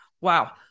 wow